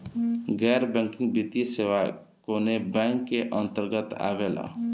गैर बैंकिंग वित्तीय सेवाएं कोने बैंक के अन्तरगत आवेअला?